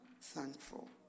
thankful